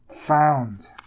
found